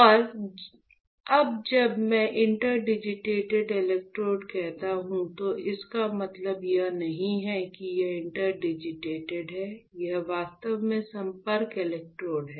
और अब जब मैं इंटरडिजिटेटेड इलेक्ट्रोड कहता हूं तो इसका मतलब यह नहीं है कि यह इंटरडिजिटेटेड है यह वास्तव में संपर्क इलेक्ट्रोड है